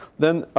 then